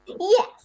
Yes